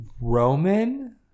Roman